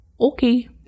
okay